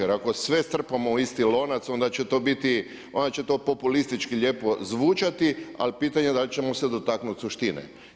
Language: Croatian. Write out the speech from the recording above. Jer ako sve strpamo u isti lonac onda će to biti, onda će to populistički lijepo zvučati, ali pitanje da li ćemo se dotaknuti suštine.